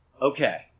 Okay